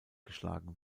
geschlagen